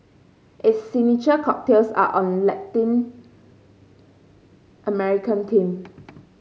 its signature cocktails are on Latin American theme